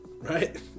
right